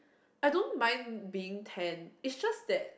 I don't mind being tan is just that